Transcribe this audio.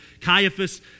Caiaphas